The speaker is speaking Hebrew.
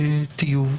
טיוב.